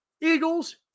Eagles